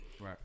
right